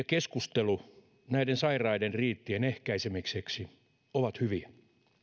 keskustelu näiden sairaiden riittien ehkäisemiseksi ovat hyviä